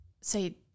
say